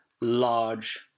large